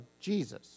Jesus